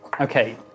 Okay